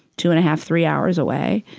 two and a half, three hours away.